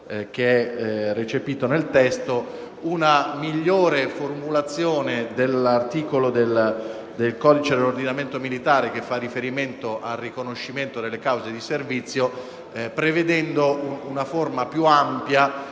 che è recepito nel testo, una migliore formulazione dell'articolo del codice dell'ordinamento militare che fa riferimento al riconoscimento delle cause di servizio, prevedendo una forma più ampia,